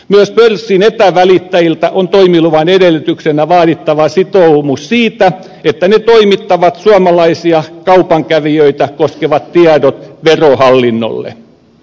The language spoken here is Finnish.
myös pörssin etävälittäjiltä on toimiluvan edellytyksenä vaadittava sitoumus siitä että ne toimittavat suomalaisia kaupankävijöitä koskevat tiedot verohallinnolle